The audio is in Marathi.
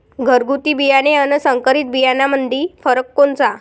घरगुती बियाणे अन संकरीत बियाणामंदी फरक कोनचा?